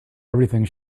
everything